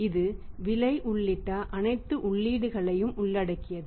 இது விலை உள்ளிட்ட அனைத்து உள்ளீடுகளையும் உள்ளடக்கியது